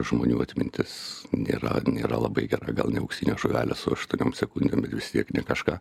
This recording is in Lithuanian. žmonių atmintis nėra nėra labai gera gal ne auksinės žuvelės o aš tokiom sekundėm ir vis tiek ne kažką